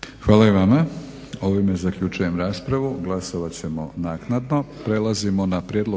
Hvala i vama. Ovime zaključujem raspravu. Glasovat ćemo naknadno.